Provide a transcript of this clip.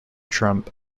trump